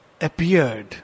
appeared